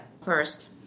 first